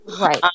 Right